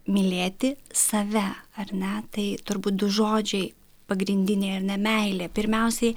mylėti save ar ne tai turbūt du žodžiai pagrindiniai ar ne meilė pirmiausiai